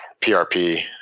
PRP